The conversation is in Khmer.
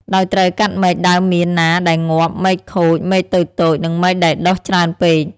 ដោយត្រូវកាត់មែកដើមមៀនណាដែលងាប់ មែកខូច មែកតូចៗ និងមែកដែលដុះច្រើនពេក។